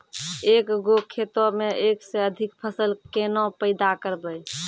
एक गो खेतो मे एक से अधिक फसल केना पैदा करबै?